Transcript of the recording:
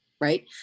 right